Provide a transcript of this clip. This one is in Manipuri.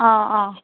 ꯑꯥ ꯑꯥ